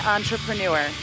Entrepreneur